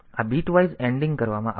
તેથી આ bitwise anding કરવામાં આવશે